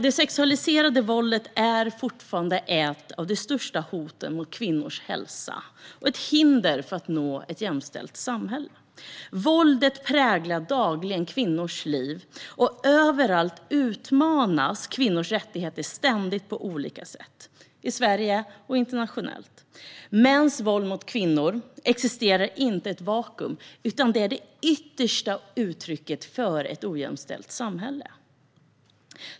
Det sexualiserade våldet är fortfarande ett av de största hoten mot kvinnors hälsa och ett hinder för att nå ett jämställt samhälle. Våldet präglar dagligen kvinnors liv, och överallt utmanas kvinnors rättigheter ständigt på olika sätt både i Sverige och internationellt. Mäns våld mot kvinnor existerar inte i ett vakuum utan är det yttersta uttrycket för ett ojämställt samhälle.